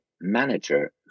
manager